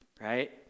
Right